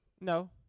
no